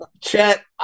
Chet